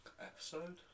episode